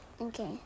Okay